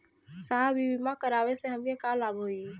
साहब इ बीमा करावे से हमके का लाभ होई?